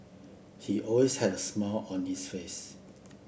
he always had a smile on his face